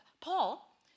Paul